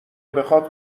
بخاد